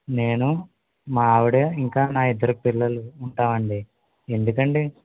నేను మా ఆవిడ ఇంకా నా ఇద్దరు పిల్లలు ఉంటామండి ఎందుకండి